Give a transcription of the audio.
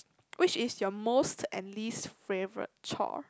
which is your most and least favorite core